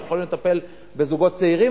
אנחנו יכולים לטפל בזוגות צעירים,